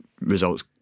results